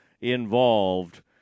involved